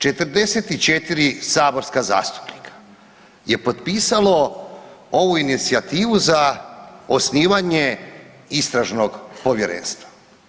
44 saborska zastupnika je potpisalo ovu inicijativu za osnivanje istražnog povjerenstva.